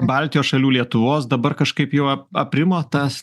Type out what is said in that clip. baltijos šalių lietuvos dabar kažkaip jau ap aprimo tas